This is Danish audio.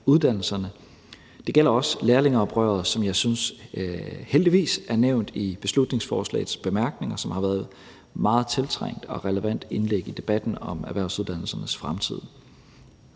Det gælder også lærlingeoprøret, som heldigvis, synes jeg, er nævnt i beslutningsforslagets bemærkninger, og som har været et meget tiltrængt og relevant indlæg i debatten om erhvervsuddannelserne fremtid.